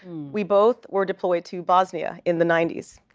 we both were deployed to bosnia in the ninety s.